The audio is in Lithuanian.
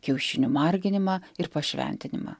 kiaušinių marginimą ir pašventinimą